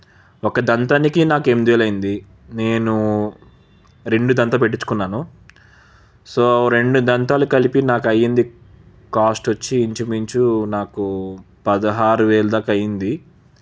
ఒక దంతానికి నాకు ఎనిమిది వేలైంది నేను రెండు దంత పెట్టించుకున్నాను సో రెండు దంతాలు కలిపి నాకు అయ్యింది కాస్ట్ వచ్చి ఇంచుమించు నాకు పదహారు వేలు దాకా అయ్యింది